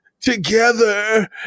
together